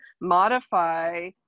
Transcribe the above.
modify